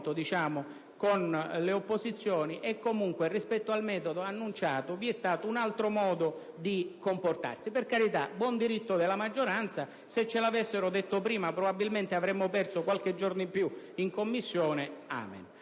con le opposizioni e, comunque, rispetto al metodo annunciato vi è stato un altro modo di comportarsi. È nel diritto della maggioranza; forse, se ce lo avessero detto prima, avremmo solo perso qualche giorno in più in Commissione. Il